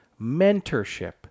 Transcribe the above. mentorship